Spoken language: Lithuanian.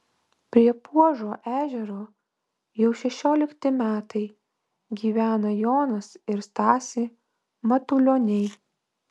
prie puožo ežero jau šešiolikti metai gyvena jonas ir stasė matulioniai